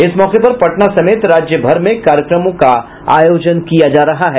इस मौके पर पटना समेत राज्य भर में कार्यक्रमों का आयोजन किया जा रहा है